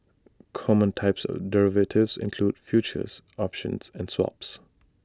common types of derivatives include futures options and swaps